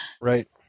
right